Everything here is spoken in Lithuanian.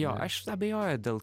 jo aš abejoju dėl